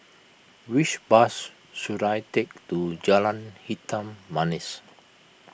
which bus should I take to Jalan Hitam Manis